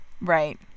Right